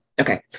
Okay